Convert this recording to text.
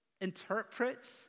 interprets